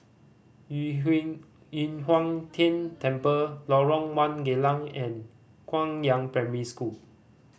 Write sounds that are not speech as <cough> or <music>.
Yu <unintelligible> Yu Huang Tian Temple Lorong One Geylang and Guangyang Primary School